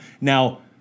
Now